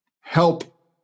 help